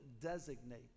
designate